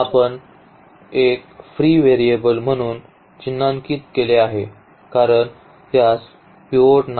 आपण एक free variable म्हणून चिन्हांकित केले आहे कारण त्यास पिव्होट नाही